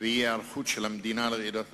בה היא היערכות של המדינה לרעידת אדמה.